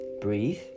breathe